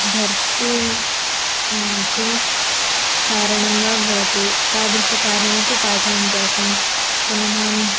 धृतिं किं सारणं वा भवतु तादृशकार्यमपि पाठयन्त्यासन् पुनः